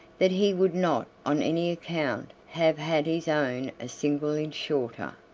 that he would not on any account have had his own a single inch shorter!